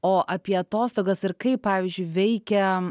o apie atostogas ir kaip pavyzdžiui veikia